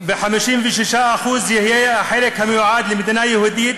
ו-56% יהיה החלק המיועד למדינה יהודית,